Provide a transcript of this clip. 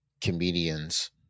comedians